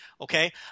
Okay